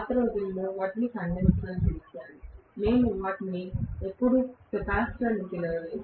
పాత రోజుల్లో వాటిని కండెన్సర్ అని పిలుస్తారు మేము వాటిని ఎప్పుడూ కెపాసిటర్ అని పిలవలేదు